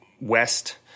west